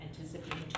Anticipating